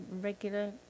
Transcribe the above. regular